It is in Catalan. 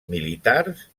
militars